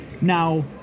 Now